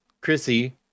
Chrissy